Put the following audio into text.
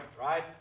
Right